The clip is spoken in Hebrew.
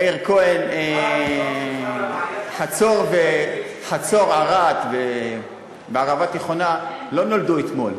מאיר כהן, חצור, ערד וערבה תיכונה לא נולדו אתמול.